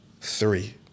three